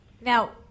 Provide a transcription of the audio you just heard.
Now